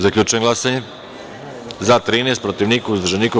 Zaključujem glasanje: za - 13, protiv - niko, uzdržanih – nema.